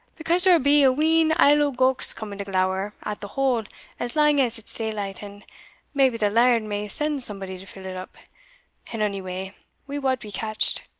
because there will be a wheen idle gowks coming to glower at the hole as lang as it is daylight, and maybe the laird may send somebody to fill it up and ony way we wad be catched.